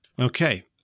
okay